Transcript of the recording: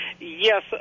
Yes